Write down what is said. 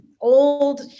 old